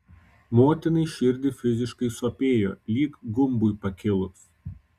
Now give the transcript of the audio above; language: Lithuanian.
motinai širdį fiziškai sopėjo lyg gumbui pakilus